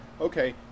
okay